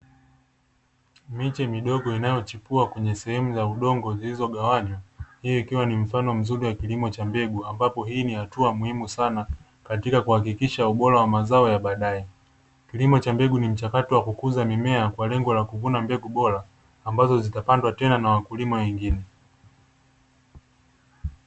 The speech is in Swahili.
Miche midogo inayochipua kwenye sehemu za udongo zilizogawanywa, hii ikiwa ni mfano mzuri wa kilimo cha mbegu, ambapo hii ni hatua muhimu sana katika kuhakikisha ubora wa mazao ya baadae. Kilimo cha mbegu ni mchakato wa kukuza mimea kwa lengo la kuvuna mbegu bora ambazo zitapandwa tena na wakulima wengine.